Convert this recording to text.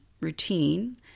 routine